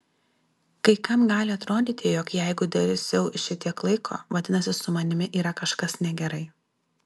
kai kam gali atrodyti jog jeigu delsiau šitiek laiko vadinasi su manimi yra kažkas negerai